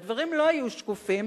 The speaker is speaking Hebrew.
והדברים לא היו שקופים,